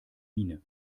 miene